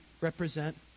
represent